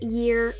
year